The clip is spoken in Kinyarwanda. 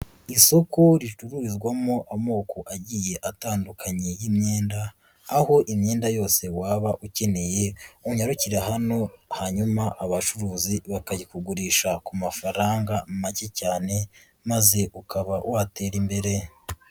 Isoko ricururizwamo amoko agiye atandukanye y'imyenda, aho imyenda yose waba ukeneye unyarukira hano, hanyuma abacuruzi bakayikugurisha ku mafaranga make cyane, maze ukaba watera imbere.